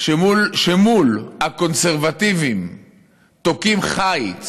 שמול הקונסרבטיבים תוקעים חיץ